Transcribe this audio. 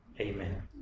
Amen